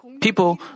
People